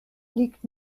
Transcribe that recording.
liegt